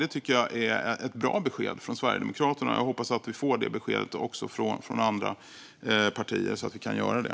Det tycker jag är ett bra besked från Sverigedemokraterna, och jag hoppas att vi får det beskedet också från andra partier så att vi kan göra det.